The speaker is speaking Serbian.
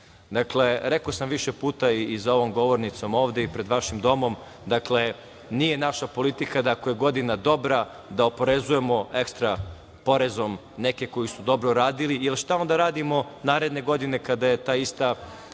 Dakle, rekao sam više puta i za ovom govornicom ovde i pred vašim domom, dakle nije naša politika da ako je godina dobra, da oporezujemo ekstra porezom neke koji su dobro radili ili šta onda da radimo naredne godine kada je to isto